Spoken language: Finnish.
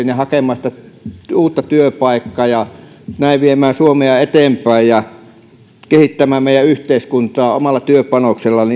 ja hakemaan sitä uutta työpaikkaa ja näin viemään suomea eteenpäin kehittämään meidän yhteiskuntaamme omalla työpanoksellaan